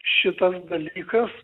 šitas dalykas